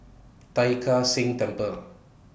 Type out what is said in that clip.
Tai Kak Seah Temple